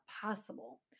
possible